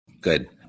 Good